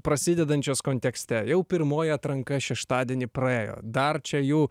prasidedančios kontekste jau pirmoji atranka šeštadienį praėjo dar čia jų